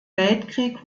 weltkrieg